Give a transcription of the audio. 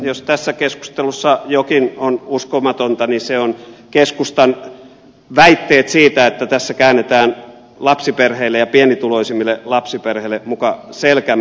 jos tässä keskustelussa jokin on uskomatonta niin se on keskustan väitteet siitä että tässä käännämme lapsiperheille ja pienituloisimmille lapsiperheille muka selkämme